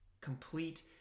complete